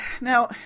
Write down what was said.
Now